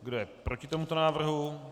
Kdo je proti tomuto návrhu?